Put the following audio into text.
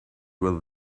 would